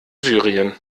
syrien